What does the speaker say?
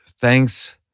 thanks